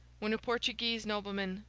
when a portuguese nobleman,